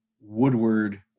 Woodward